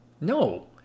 No